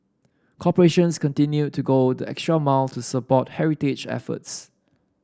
corporations continued to go the extra mile to support heritage efforts